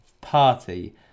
party